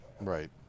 Right